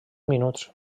minuts